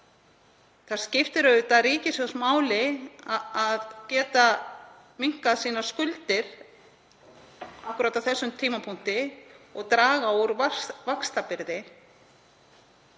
Það skiptir auðvitað ríkissjóð máli að geta minnkað skuldir sínar akkúrat á þessum tímapunkti og draga úr vaxtabyrði.